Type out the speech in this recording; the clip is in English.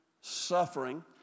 suffering